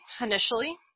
initially